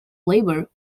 labour